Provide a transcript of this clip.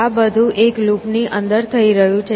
આ બધું એક લૂપની અંદર થઈ રહ્યું છે